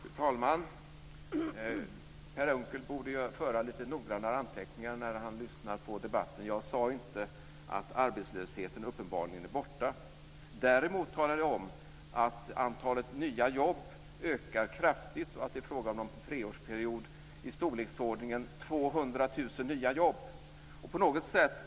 Fru talman! Per Unckel borde föra lite noggrannare anteckningar när han lyssnar på debatten. Jag sade inte att arbetslösheten uppenbarligen är borta. Däremot talade jag om att antalet nya jobb ökar kraftigt - att det är fråga om i storleksordningen 200 000 nya jobb under en treårsperiod.